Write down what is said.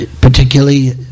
particularly